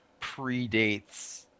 predates